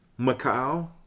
Macau